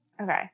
Okay